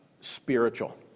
spiritual